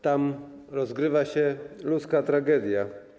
Tam rozgrywa się ludzka tragedia.